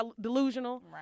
delusional